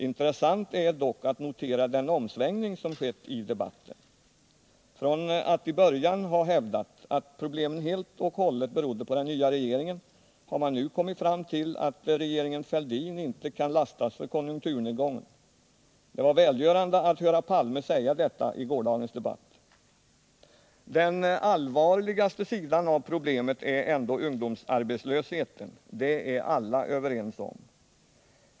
Intressant är dock att notera den omsvängning som skett i debatten. Från att i början ha hävdat att problemen helt och hållet berodde på den nya regeringen har man nu kommit fram till att regeringen Fälldin inte kan lastas för konjunkturnedgången. Det var välgörande att höra herr Palme säga detta i gårdagens debatt. Den allvarligaste sidan av problemet är ändå ungdomsarbetslösheten —- det är alla överens om.